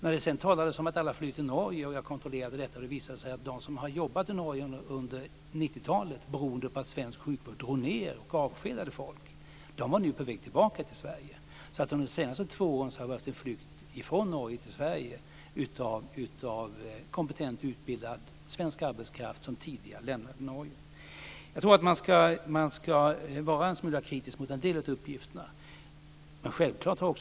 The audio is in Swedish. När det sedan talades om att alla flyr till Norge och jag kontrollerade det, visade det sig att de som jobbade i Norge under 90-talet, beroende på att svensk sjukvård drog ned och avskedade folk, nu var på väg tillbaka till Sverige. Under de senaste två åren har det varit en flykt från Norge till Sverige av kompetent och utbildad svensk arbetskraft som tidigare lämnade Sverige. Jag tror att man ska vara en smula kritisk mot en del av uppgifterna.